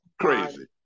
Crazy